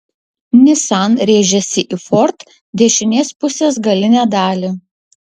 nissan rėžėsi į ford dešinės pusės galinę dalį